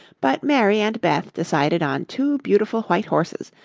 but mary and beth decided on two beautiful white horses,